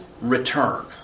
return